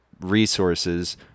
resources